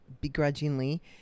begrudgingly